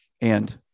And-